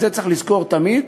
את זה צריך לזכור תמיד.